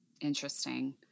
Interesting